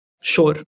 sure